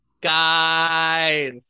Guys